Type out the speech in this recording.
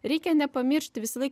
reikia nepamiršti visąlaik